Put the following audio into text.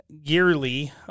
yearly